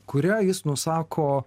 kurią jis nusako